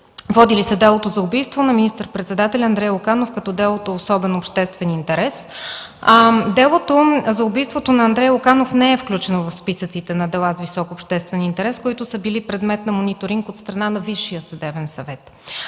води ли се делото за убийство на министър-председателя Андрей Луканов, като дело от особен обществен интерес? Делото за убийството на Андрей Луканов не е включено в списъците на дела с висок обществен интерес, които са били предмет на мониторинг от страна на Висшия съдебен съвет.